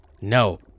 No